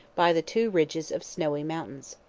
by the two ridges of snowy mountains.